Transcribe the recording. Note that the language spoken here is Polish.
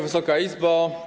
Wysoka Izbo!